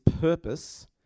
purpose